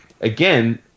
again